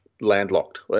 landlocked